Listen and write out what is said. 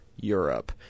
Europe